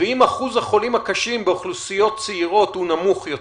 ואם אחוז החולים הקשים באוכלוסיות צעירות הוא נמוך יותר,